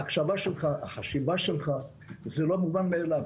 ההקשבה שלך, החשיבה שלך, זה לא מובן מאליו.